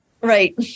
Right